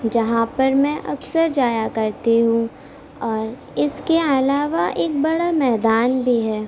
جہاں پر میں اکثر جایا کرتی ہوں اور اس کے علاوہ ایک بڑا میدان بھی ہے